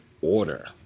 Order